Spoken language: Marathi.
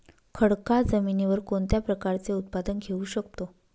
खडकाळ जमिनीवर कोणत्या प्रकारचे उत्पादन घेऊ शकतो?